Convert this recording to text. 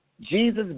Jesus